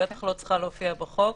לא צריכה להופיע בחוק.